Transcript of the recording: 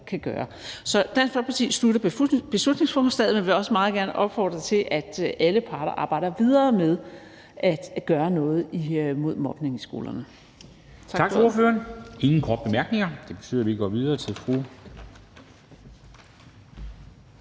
kan gøre. Så Dansk Folkeparti støtter beslutningsforslaget, men vil også meget gerne opfordre til, at alle parter arbejder videre med at gøre noget imod mobning i skolerne.